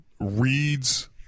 reads